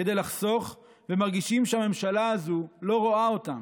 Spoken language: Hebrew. כדי לחסוך ומרגישים שהממשלה הזו לא רואה אותם.